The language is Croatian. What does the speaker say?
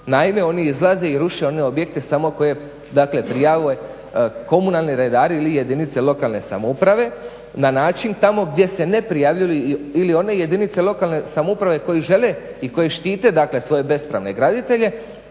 Naime, oni izlaze i ruše one objekte samo koje dakle prijave komunalni redari ili jedinice lokalne samouprave na način tamo gdje se ne prijavljuju ili one jedinice lokalne samouprave koje žele i koje štite dakle svoje bespravne graditelje